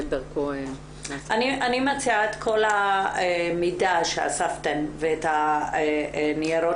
דרכו --- אני מציעה שאת כל המידע שאספתם ואת הניירות